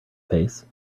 face